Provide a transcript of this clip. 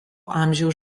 amžiaus